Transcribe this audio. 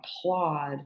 applaud